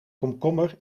komkommer